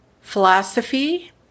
philosophy